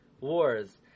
wars